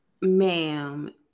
ma'am